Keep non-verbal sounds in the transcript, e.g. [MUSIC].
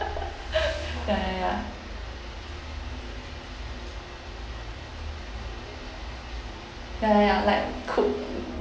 [LAUGHS] ya ya ya ya ya ya like cook